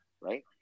right